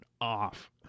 off